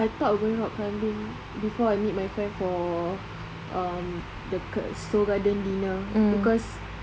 I thought of going rock climbing before I meet my friend for um dekat seoul garden dinner because